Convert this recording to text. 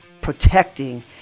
protecting